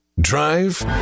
Drive